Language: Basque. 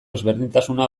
ezberdintasuna